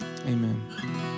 Amen